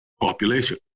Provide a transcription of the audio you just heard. population